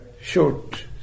short